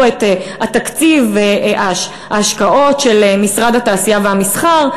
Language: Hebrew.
את תקציב ההשקעות של משרד התעשייה והמסחר.